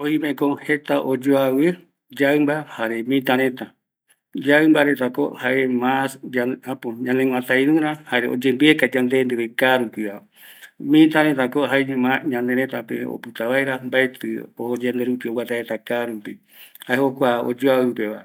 Oimeko jetape oyoavɨ mita jare yaɨmba ndive, yaɨmba ko jae ñaneguataïru, oguata yande ndive oyembieka kaa rupi, mitako jaeñoma oiko tëtäpe mbaetɨ oyembieka ya nde dive kaa rupi, jae kuape oyoavɨ